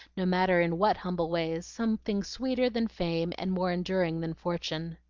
no matter in what humble ways, something sweeter than fame and more enduring than fortune.